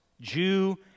Jew